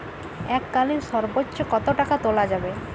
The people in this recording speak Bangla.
এককালীন সর্বোচ্চ কত টাকা তোলা যাবে?